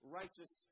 righteous